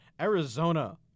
Arizona